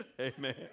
Amen